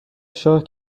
شاه